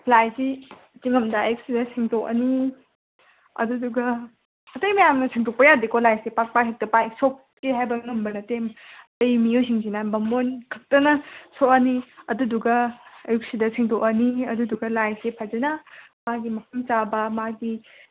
ꯂꯥꯏꯁꯤ ꯆꯤꯡꯂꯝꯗꯥꯏꯁꯤꯗ ꯁꯦꯡꯇꯣꯛꯂꯅꯤ ꯑꯗꯨꯗꯨꯒ ꯑꯇꯩ ꯃꯌꯥꯝꯅ ꯁꯦꯡꯇꯣꯛꯄ ꯌꯥꯗꯦꯀꯣ ꯂꯥꯏꯁꯦ ꯄꯥꯛ ꯄꯥꯛ ꯍꯦꯛꯇ ꯄꯥꯏ ꯁꯣꯛꯀꯦ ꯍꯥꯏꯕ ꯉꯝꯕ ꯅꯠꯇꯦ ꯑꯇꯩ ꯃꯤꯑꯣꯏꯁꯤꯡꯁꯤꯅ ꯕꯥꯃꯣꯟ ꯈꯛꯇꯅ ꯁꯣꯛꯂꯅꯤ ꯑꯗꯨꯗꯨꯒ ꯑꯌꯨꯛꯁꯤꯗ ꯁꯦꯡꯇꯣꯛꯂꯅꯤ ꯑꯗꯨꯗꯒ ꯂꯥꯏꯁꯦ ꯐꯖꯅ ꯃꯥꯒꯤ ꯃꯐꯝ ꯆꯥꯕ ꯃꯥꯒꯤ